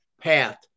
path